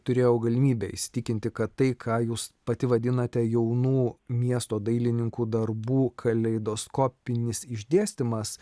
turėjau galimybę įsitikinti kad tai ką jūs pati vadinate jaunų miesto dailininkų darbų kaleidoskopinis išdėstymas